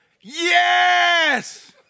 Yes